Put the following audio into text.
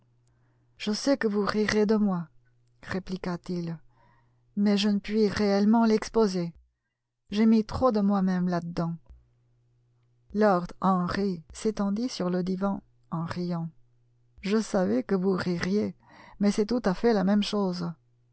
je sais que vous rirez de moi répliqua-t-il mais je ne puis réellement l'exposer j'ai mis trop de moi même là-dedans lord henry s'étendit sur le divan en riant je savais que vous ririez mais c'est tout à fait la même chose